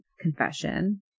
confession